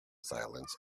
silence